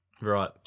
Right